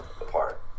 apart